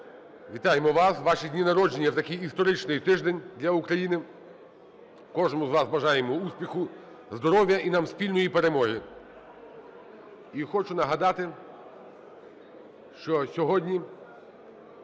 Вітаємо вас! Ваші дні народження в такий історичний тиждень для України. Кожному з вас бажаємо успіху, здоров'я і нам – спільної перемоги. І хочу нагадати, що сьогодні